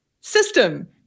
system